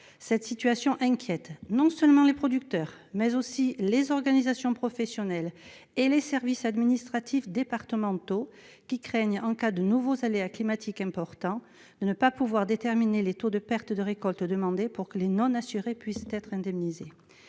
Cette situation inquiète non seulement les producteurs, mais aussi les organisations professionnelles et les services administratifs départementaux qui craignent, en cas de nouveaux aléas climatiques importants, de ne pouvoir déterminer les taux de perte de récolte demandés pour que les non-assurés puissent être indemnisés.